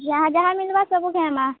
ଯାହା ଯାହା ମିଲ୍ବା ସବୁ ଖାଏମା